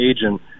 agent